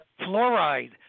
Fluoride